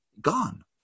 gone